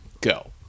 go